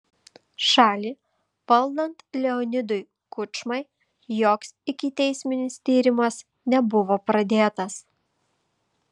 šalį valdant leonidui kučmai joks ikiteisminis tyrimas nebuvo pradėtas